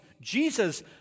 Jesus